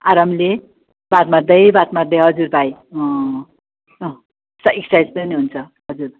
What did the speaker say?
आरामले बात मार्दै बात मार्दै हजुर भाइ अँ अँ एक्ससाइज पनि हुन्छ हजुर